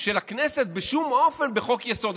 של הכנסת בשום אופן בחוק-יסוד.